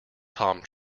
tom